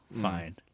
Fine